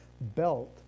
belt